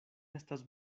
estas